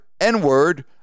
N-word